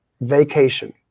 vacation